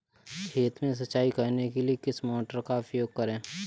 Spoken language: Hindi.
खेत में सिंचाई करने के लिए किस मोटर का उपयोग करें?